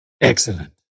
Excellent